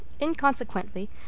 Inconsequently